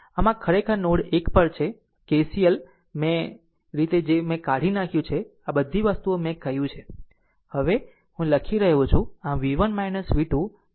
આમ આ ખરેખર નોડ 1 પર છે r KCL જે રીતે મેં કાઢી નાખ્યું છે આ બધી વસ્તુઓ મેં કહ્યું છે અહીં હું હવે લખી રહ્યો છું